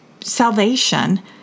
salvation